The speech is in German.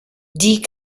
die